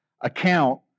account